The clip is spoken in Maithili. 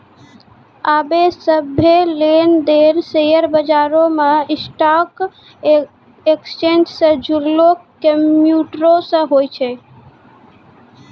आबे सभ्भे लेन देन शेयर बजारो मे स्टॉक एक्सचेंज से जुड़लो कंप्यूटरो से होय छै